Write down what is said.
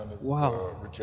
wow